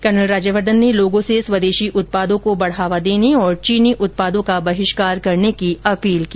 colonel Rajyavardhan ने लोगों से स्वदेशी उत्पादों को बढ़ावा देने और चीनी उत्पादों का बहिष्कार करने की अपील की